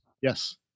Yes